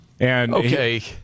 Okay